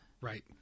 Right